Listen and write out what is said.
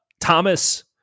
Thomas